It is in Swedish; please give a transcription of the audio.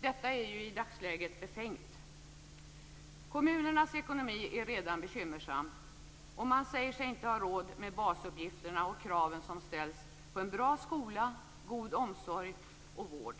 är i dagsläget befängt. Kommunernas ekonomi är redan bekymmersam, och man säger sig inte ha råd med basuppgifterna och kraven som ställs på en bra skola, god omsorg och vård.